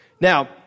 Now